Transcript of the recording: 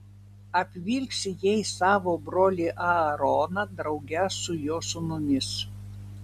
apvilksi jais savo brolį aaroną drauge su jo sūnumis